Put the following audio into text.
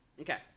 Okay